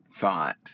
thought